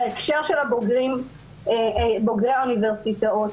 בקרב בוגרי האוניברסיטאות